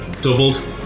doubled